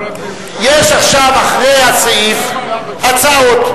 יש עכשיו אחרי הסעיף הצעות.